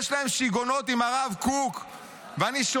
יש להם שיגעונות עם הרב קוק.